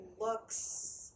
looks